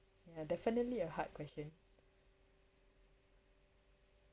ya definitely a hard question